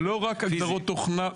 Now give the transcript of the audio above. כלומר, זה לא רק הגדרות תוכנה.